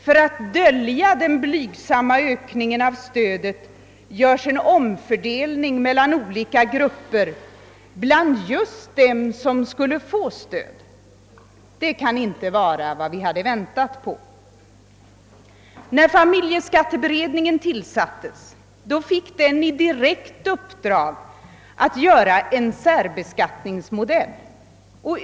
För att dölja den blygsamma ökningen av stödet görs en omfördelning mellan olika grupper bland just dem som skulle få stödet. Detta kan inte vara vad vi hade väntat OSS. När familjeskatteberedningen tillsattes, fick den i direkt uppdrag att göra en särbeskattningsmodell.